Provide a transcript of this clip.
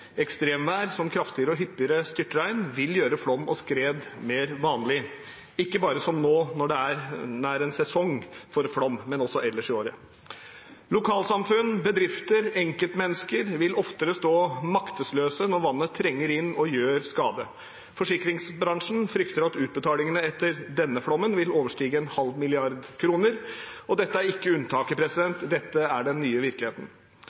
ekstremvær som kraftigere og hyppigere styrtregn – vil gjøre flom og skred mer vanlig, ikke bare nå, når det nær er sesong for flom, men også ellers i året. Lokalsamfunn, bedrifter og enkeltmennesker vil oftere stå maktesløse når vannet trenger inn og gjør skade. Forsikringsbransjen frykter at utbetalingene etter denne flommen vil overstige 0,5 mrd. kr. Dette er ikke unntaket, dette er den nye virkeligheten.